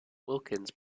wilkins